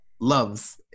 loves